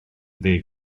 ddeg